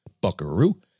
buckaroo